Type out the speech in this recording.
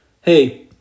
Hey